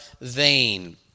vain